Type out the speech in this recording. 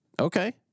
Okay